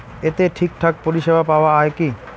এতে ঠিকঠাক পরিষেবা পাওয়া য়ায় কি?